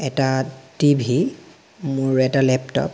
এটা টিভি মোৰ এটা লেপটপ